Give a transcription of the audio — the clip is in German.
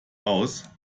aus